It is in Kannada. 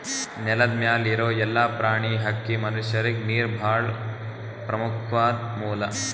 ನೆಲದ್ ಮ್ಯಾಲ್ ಇರೋ ಎಲ್ಲಾ ಪ್ರಾಣಿ, ಹಕ್ಕಿ, ಮನಷ್ಯರಿಗ್ ನೀರ್ ಭಾಳ್ ಪ್ರಮುಖ್ವಾದ್ ಮೂಲ